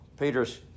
Peter's